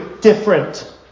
different